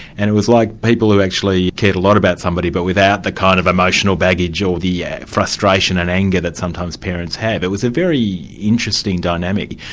and it was like people actually cared a lot about somebody, but without the kind of emotional baggage or the yeah frustration and anger that sometimes parents have. it was a very interesting dynamic,